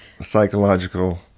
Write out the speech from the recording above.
psychological